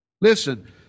listen